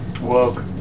Woke